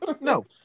no